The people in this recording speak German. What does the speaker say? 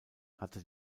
hatte